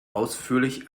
ausführlich